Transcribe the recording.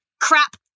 crap